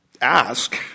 ask